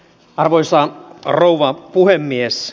arvoisa rouva puhemies